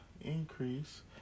increase